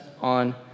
on